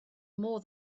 more